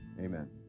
Amen